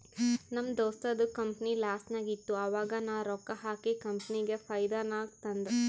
ನಮ್ ದೋಸ್ತದು ಕಂಪನಿ ಲಾಸ್ನಾಗ್ ಇತ್ತು ಆವಾಗ ನಾ ರೊಕ್ಕಾ ಹಾಕಿ ಕಂಪನಿಗ ಫೈದಾ ನಾಗ್ ತಂದ್